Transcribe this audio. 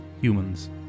humans